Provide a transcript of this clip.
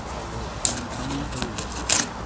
ভালো ইনকামও হয়ে যায়